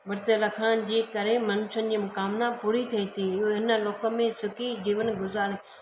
विर्त रखण जी करे मनुष्यनि जी मनोकामिना पूरी थिए थी उहे हिन लोक में सुखी जीवन गुज़ारे